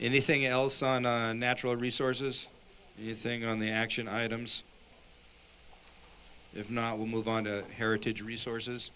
anything else natural resources you think on the action items if not we'll move on to heritage resources